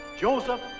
Joseph